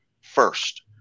first